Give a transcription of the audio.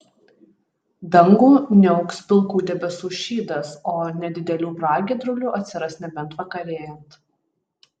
dangų niauks pilkų debesų šydas o nedidelių pragiedrulių atsiras nebent vakarėjant